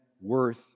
worth